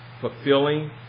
fulfilling